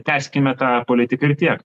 tęskime tą politiką ir tiek